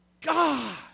God